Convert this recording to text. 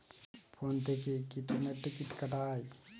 Phone থেকে কি ট্রেনের টিকিট কাটা য়ায়?